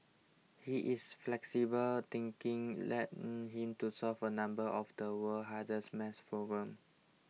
he is flexible thinking led him to solve a number of the world's hardest math problems